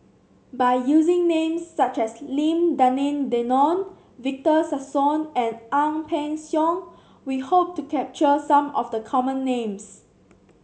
by using names such as Lim Denan Denon Victor Sassoon and Ang Peng Siong we hope to capture some of the common names